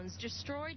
destroyed